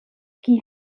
qui